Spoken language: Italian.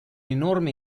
enorme